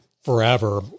forever